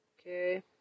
Okay